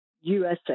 USA